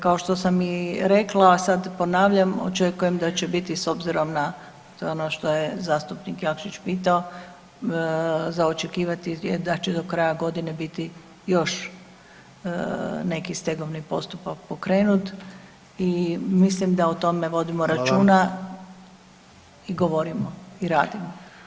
Kao što sam i rekla, sad ponavljam, očekujem da će biti, s obzirom na, to je ono što je zastupnik Jakšić pitao, za očekivati je da će do kraja godine biti još neki stegovni postupak pokrenut i mislim da o tome vodimo računa [[Upadica: Hvala.]] i govorimo i radimo.